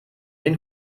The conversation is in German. den